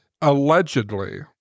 allegedly